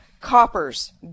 Coppers